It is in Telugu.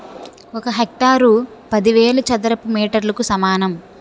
ఒక హెక్టారు పదివేల చదరపు మీటర్లకు సమానం